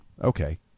Okay